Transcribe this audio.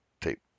tape